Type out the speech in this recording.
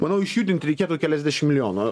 manau išjudinti reikėtų keliasdešimt milijonų